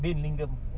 bin lingam